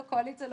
לא קואליציה,